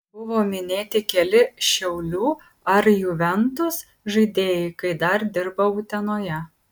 buvo minėti keli šiaulių ar juventus žaidėjai kai dar dirbau utenoje